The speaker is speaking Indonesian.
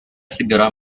segera